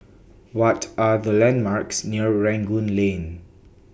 What Are The landmarks near Rangoon Lane